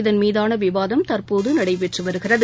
இதன் மீதானவிவாதம் தற்போதுநடைபெற்றுவருகிறது